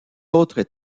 autres